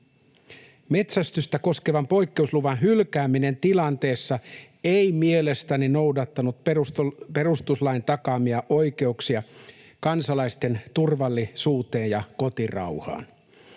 Metsästystä koskevan poikkeusluvan hylkääminen tilanteessa ei mielestäni noudattanut perustuslain takaamia oikeuksia kansalaisten turvallisuuteen ja kotirauhaan.